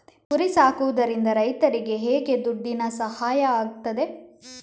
ಕುರಿ ಸಾಕುವುದರಿಂದ ರೈತರಿಗೆ ಹೇಗೆ ದುಡ್ಡಿನ ಸಹಾಯ ಆಗ್ತದೆ?